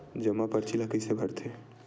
जमा परची ल कइसे भरथे?